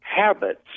habits